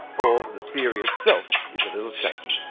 or the theory itself is a little shaky